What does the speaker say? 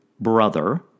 brother